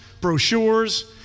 brochures